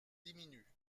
diminuent